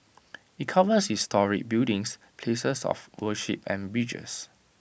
IT covers historic buildings places of worship and bridges